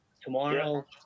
Tomorrow